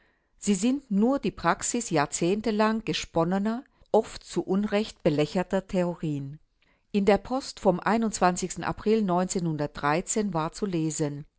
sie sind nur die praxis jahrzehntelang gesponnener oft zu unrecht belächelter theorien in der post vom april war zu lesen